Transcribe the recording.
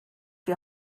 die